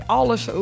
alles